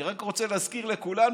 אני רק רוצה להזכיר לכולנו